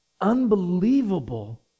unbelievable